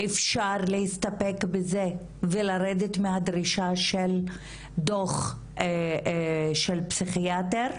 אפשר להסתפק בזה ולרדת מהדרישה של דוח של פסיכיאטר?